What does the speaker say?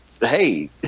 hey